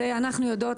אנחנו יודעות,